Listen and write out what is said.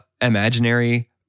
imaginary